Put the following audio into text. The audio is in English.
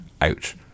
Ouch